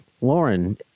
Lauren